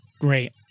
Great